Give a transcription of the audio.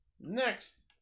Next